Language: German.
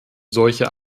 solche